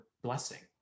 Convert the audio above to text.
blessing